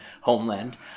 homeland